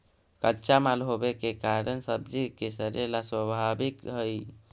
कच्चा माल होवे के कारण सब्जि के सड़ेला स्वाभाविक हइ